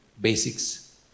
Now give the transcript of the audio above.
basics